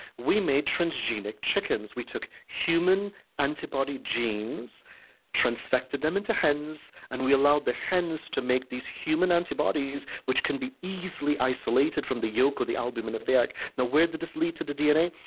we made transgenic chickens. we took human antibody genes transfected them into hens, and we allowed the hens to make these human antibodies which can be easily isolated from the yolk or the albumin of the egg. now, where did this lead to the dna?